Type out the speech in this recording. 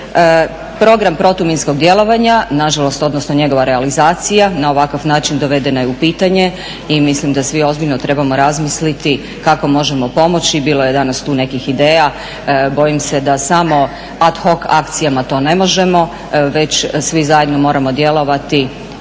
Program protuminskog djelovanja, nažalost, odnosno njegova realizacija na ovakav način dovedena je u pitanje i mislim da svi ozbiljno trebamo razmisliti kako možemo pomoći. I bilo je tu danas nekih ideja, bojim se da samo ad hoc akcijama to ne možemo, već svi zajedno moramo djelovati